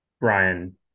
Brian